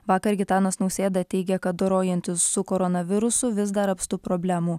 vakar gitanas nausėda teigė kad dorojantis su koronavirusu vis dar apstu problemų